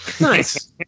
Nice